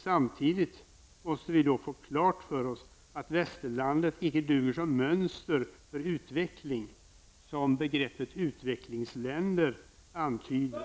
Samtidigt måste vi få klart för oss att västerlandet inte duger som mönster för utveckling, vilket begreppet utvecklingsländer antyder.